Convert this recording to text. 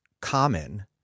Common